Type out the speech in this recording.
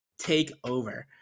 takeover